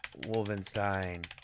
Wolfenstein